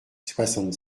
soixante